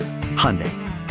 Hyundai